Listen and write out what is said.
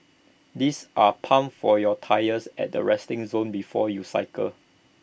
these are pumps for your tyres at the resting zone before you cycle